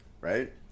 right